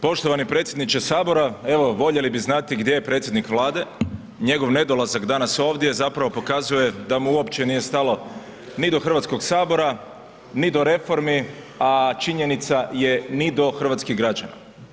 Poštovani predsjedniče HS, evo, voljeli bi znati gdje je predsjednik Vlade, njegov nedolazak danas ovdje zapravo pokazuje da mu uopće nije stalo ni do HS, ni do reformi, a činjenica je ni do hrvatskih građana.